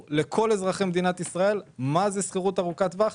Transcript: אזרחי מדינת ישראל ברור מה זו שכירות ארוכת טווח,